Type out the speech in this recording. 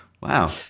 Wow